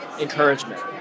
encouragement